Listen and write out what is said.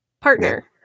partner